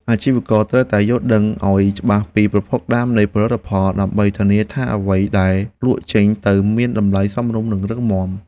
អាជីវករត្រូវតែយល់ដឹងឱ្យច្បាស់ពីប្រភពដើមនៃផលិតផល ដើម្បីធានាថាអ្វីដែលលក់ចេញទៅមានតម្លៃសមរម្យនិងរឹងមាំ។